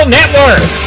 Network